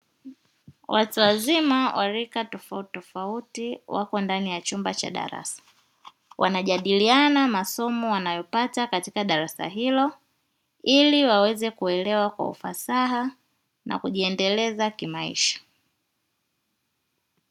Watu wazima wa rika tofauti tofauti wako ndani ya chumba cha darasa, wanajadiliana masomo wanayopata katika darasa hilo; ili waweze kuelewa kwa ufasaha ili kujiendeleza kimaisha.